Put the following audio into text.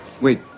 Wait